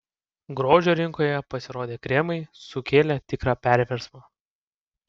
grožio rinkoje pasirodę kremai sukėlė tikrą perversmą